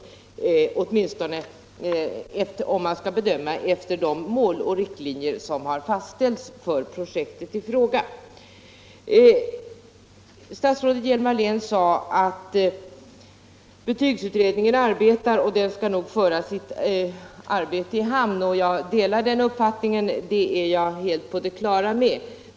Det gäller åtminstone om man skall döma efter de mål och riktlinjer som fastställts för projektet i fråga. Statsrådet Hjelm-Wallén sade att betygsutredningen arbetar och att den nog skall föra sitt arbete i hamn. Jag delar den uppfattningen — jag är helt på det klara med att det förhåller sig så.